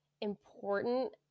important